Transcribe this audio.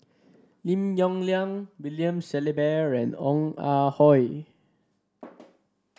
Lim Yong Liang William Shellabear and Ong Ah Hoi